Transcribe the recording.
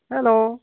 hello